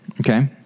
okay